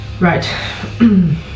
Right